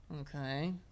Okay